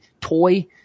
toy